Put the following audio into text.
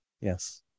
Yes